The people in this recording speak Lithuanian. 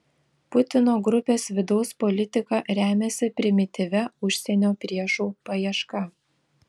putino grupės vidaus politika remiasi primityvia užsienio priešų paieška